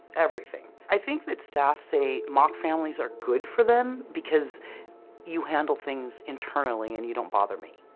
everything. i think that staff say mock families are good for them because you handle things internally and you don't bother me.